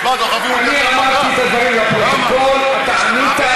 אז מה, אני אמרתי את הדברים לפרוטוקול, אתה ענית.